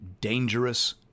dangerous